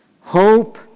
hope